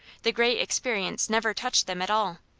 the great experience never touched them at all.